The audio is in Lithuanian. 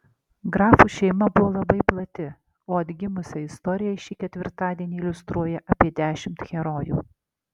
grafų šeima buvo labai plati o atgimusią istoriją šį ketvirtadienį iliustruoja apie dešimt herojų